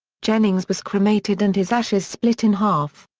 jennings was cremated and his ashes split in half.